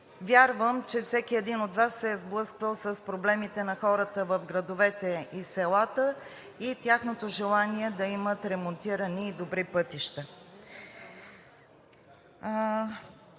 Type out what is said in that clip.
вярвам, че всеки един от Вас, се е сблъсквал с проблемите на хората в градовете и селата, и тяхното желание да имат ремонтирани и добри пътища.